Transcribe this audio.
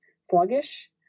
sluggish